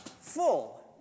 full